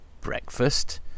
Breakfast